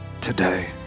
today